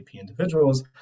individuals